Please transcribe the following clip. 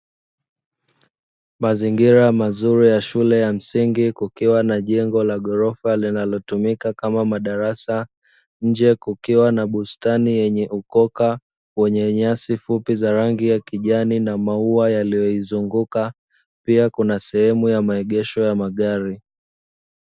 Mazingira mazuri ya shule ya msingi, kukiwa na jengo la ghorofa linalotumika kama madarasa, nje kukiwa na bustani yenye ukoka wenye nyasi fupi za rangi ya kijani na maua yaliyoizunguka, pia kuna sehemu ya maegesho ya magari.